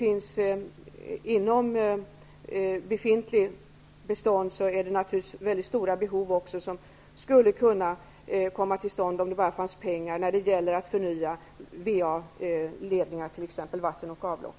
Inom det befintliga beståndet finns det också mycket stora behov av att förnya t.ex. vatten och avloppsledningar, projekt som skulle kunna realiseras om det fanns pengar för detta.